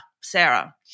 Sarah